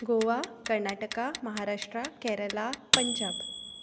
Goa Karnataka Maharashtra Kerala Punjab